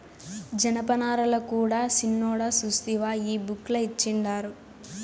జనపనారల కూడా సిన్నోడా సూస్తివా ఈ బుక్ ల ఇచ్చిండారు